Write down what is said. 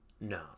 No